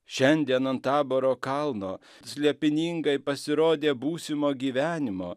šiandien ant taboro kalno slėpiningai pasirodė būsimo gyvenimo